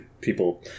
people